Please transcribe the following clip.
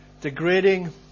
degrading